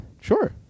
Sure